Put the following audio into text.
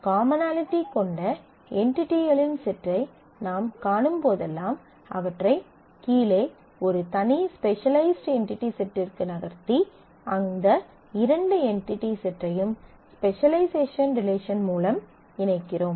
commonality கொண்ட என்டிடிகளின் செட்டை நாம் காணும்போதெல்லாம் அவற்றை கீழே ஒரு தனி ஸ்பெசலைஸ்ட் என்டிடி செட்டிற்கு நகர்த்தி அந்த இரண்டு என்டிடி செட்டிடையும் ஸ்பெசலைசேஷன் ரிலேஷன் மூலம் இணைக்கிறோம்